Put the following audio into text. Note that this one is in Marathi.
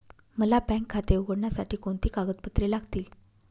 मला बँक खाते उघडण्यासाठी कोणती कागदपत्रे लागतील?